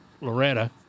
Loretta